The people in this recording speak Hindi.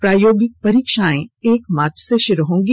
प्रायोगिक परीक्षाएं एक मार्च से शुरू होंगी